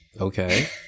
okay